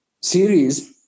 series